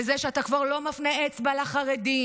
בזה שאתה כבר לא מפנה אצבע לחרדים,